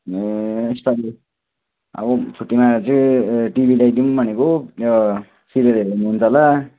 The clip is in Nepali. ए यसपालि अब छुट्टीमा आएर चाहिँ टिभी ल्याइदिउँ भनेको सिरियलहरू हेर्नु मन छ होला